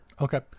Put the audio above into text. Okay